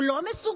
הוא לא מסוגל?